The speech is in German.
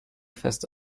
fest